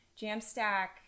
jamstack